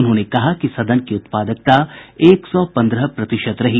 उन्होंने कहा कि सदन की उत्पादकता एक सौ पन्द्रह प्रतिशत रही